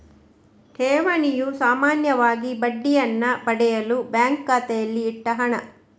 ಠೇವಣಿಯು ಸಾಮಾನ್ಯವಾಗಿ ಬಡ್ಡಿಯನ್ನ ಪಡೆಯಲು ಬ್ಯಾಂಕು ಖಾತೆಯಲ್ಲಿ ಇಟ್ಟ ಹಣ